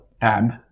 tab